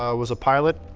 ah was a pilot,